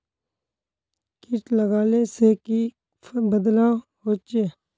किट लगाले से की की बदलाव होचए?